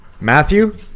Matthew